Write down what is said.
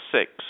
six